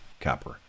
Copper